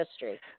history